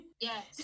Yes